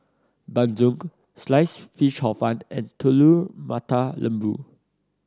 bandung Sliced Fish Hor Fun and Telur Mata Lembu